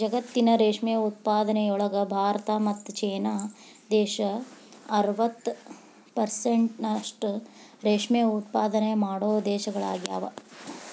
ಜಗತ್ತಿನ ರೇಷ್ಮೆ ಉತ್ಪಾದನೆಯೊಳಗ ಭಾರತ ಮತ್ತ್ ಚೇನಾ ದೇಶ ಅರವತ್ ಪೆರ್ಸೆಂಟ್ನಷ್ಟ ರೇಷ್ಮೆ ಉತ್ಪಾದನೆ ಮಾಡೋ ದೇಶಗಳಗ್ಯಾವ